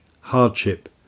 hardship